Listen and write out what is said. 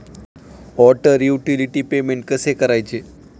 Water utility payment कसे करायचे?